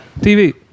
TV